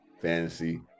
fantasy